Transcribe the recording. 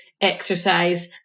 exercise